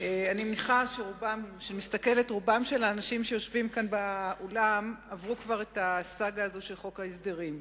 רוב האנשים שיושבים כאן באולם עברו כבר את הסאגה של חוק ההסדרים.